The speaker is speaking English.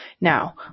Now